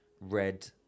red